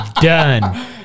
done